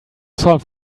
solve